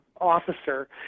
officer